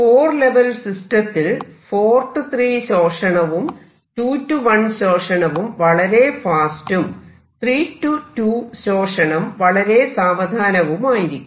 ഒരു 4 ലെവൽ സിസ്റ്റത്തിൽ 4 3 ശോഷണവും 2 1 ശോഷണവും വളരെ വേഗത്തിലും 3 2 ശോഷണം വളരെ സാവധാനവുമായിരിക്കും